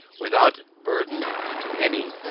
without burthen to any,